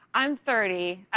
i'm thirty.